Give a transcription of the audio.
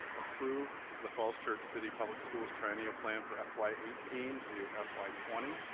approve the falls church city public schools triennial plan for fy eighteen to fy twenty.